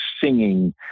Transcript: singing